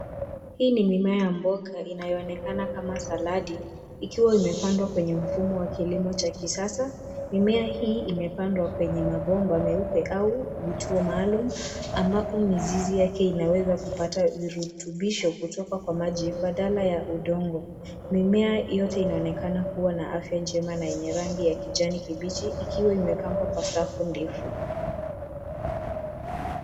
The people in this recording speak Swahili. Hii ni mimea ya mboga inayo onekana kama saladi, ikiwa imepandwa kwenye mfumo wa kilimo cha kisasa, mimea hii imepandwa kwenye mabomba meupe, au vituo maalum ,ambapo mizizi yake inaweza kupata virutubisho kutoka kwa maji badala ya udongo .Mimea yote inaonekana kuwa na afya njema na yenye rangi ya kijani kibichi, ikiwa imepangwa kwa safu ndefu.